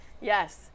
Yes